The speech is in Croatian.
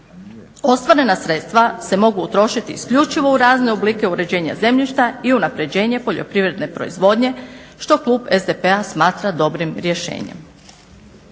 Ostvarena sredstva se mogu utrošiti isključivo u razne oblike uređenja zemljišta i unapređenje poljoprivredne proizvodnje što klub SDP-a smatra dobrim rješenjem.